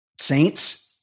Saints